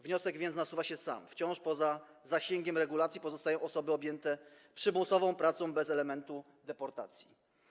Wniosek więc nasuwa się sam - wciąż poza zasięgiem regulacji pozostają osoby objęte przymusową pracą bez elementu deportacji.